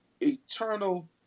eternal